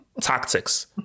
tactics